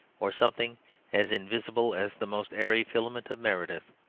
or something as invisible as the most airy filaments of meredith.